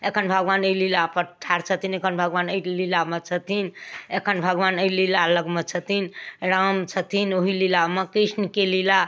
एखन भगवान एहि लीलापर ठाढ़ छथिन एखन भगवान एहि लीलामे छथिन एखन भगवान एहि लीला लगमे छथिन राम छथिन ओहि लीलामे कृष्णके लीला